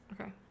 Okay